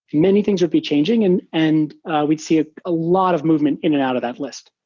many things would be changing and and we'd see a ah lot of movement in and out of that list.